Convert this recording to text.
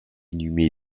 inhumé